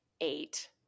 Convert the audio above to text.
Eight